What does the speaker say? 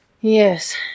Yes